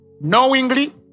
knowingly